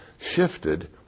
shifted